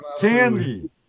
Candy